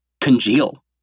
congeal